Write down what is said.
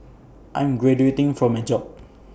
I'm graduating from my job